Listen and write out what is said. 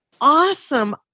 awesome